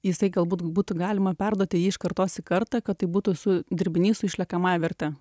jisai galbūt būtų galima perduoti jį iš kartos į kartą kad tai būtų su dirbiniai su išliekamąja verte